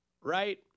right